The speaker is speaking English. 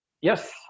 Yes